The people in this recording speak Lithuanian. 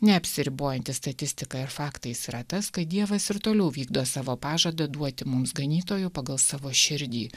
neapsiribojantis statistika ir faktais yra tas kad dievas ir toliau vykdo savo pažadą duoti mums ganytojų pagal savo širdį